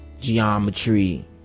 geometry